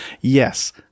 yes